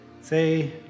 say